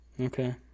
Okay